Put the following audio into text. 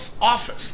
office